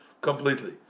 completely